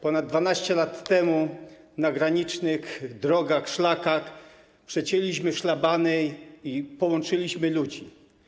Ponad 12 lat temu na granicznych drogach i szlakach przecięliśmy szlabany i połączyliśmy ludzi.